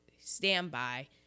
standby